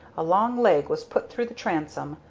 a long leg was put through the transom,